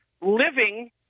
living